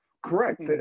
Correct